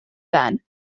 then